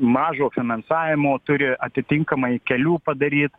mažo finansavimo turi atitinkamai kelių padaryt